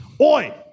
Oi